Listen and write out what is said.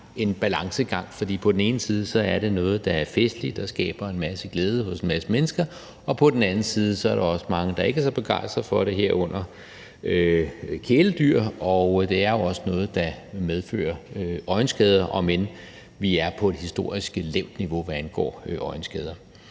en balancegang, fordi det på den ene side er noget, der er festligt og skaber en masse glæde hos en masse mennesker, og der på den anden side også er mange, der ikke er så begejstrede for det, herunder kæledyr, og det er jo også noget, der medfører øjenskader, om end vi er på et historisk lavt niveau, hvad angår øjenskader.